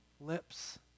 lips